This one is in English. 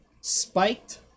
spiked